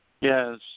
Yes